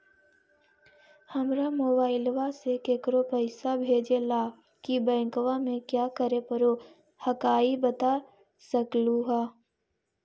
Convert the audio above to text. हमरा मोबाइलवा से केकरो पैसा भेजे ला की बैंकवा में क्या करे परो हकाई बता सकलुहा?